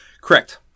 correct